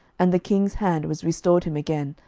and the king's hand was restored him again,